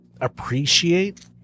appreciate